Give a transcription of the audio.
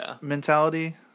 mentality